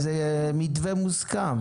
איזה מתווה מוסכם.